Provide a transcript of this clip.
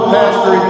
Pastor